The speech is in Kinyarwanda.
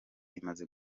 imaze